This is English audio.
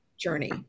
journey